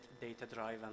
data-driven